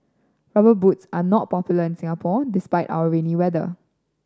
Rubber Boots are not popular in Singapore despite our rainy weather